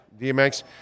DMX